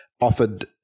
offered